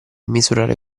misurare